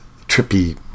trippy